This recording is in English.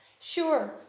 sure